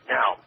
Now